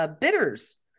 bitters